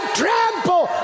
trample